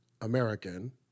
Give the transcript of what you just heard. American